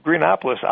Greenopolis